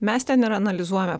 mes ten ir analizuojame